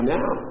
now